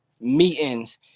Meetings